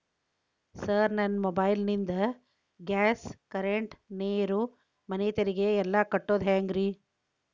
Sir ನನ್ನ mobile ನಿಂದ gas, current, ನೇರು, ಮನೆ ತೆರಿಗೆ ಎಲ್ಲಾ ಕಟ್ಟೋದು ಹೆಂಗ್ರಿ?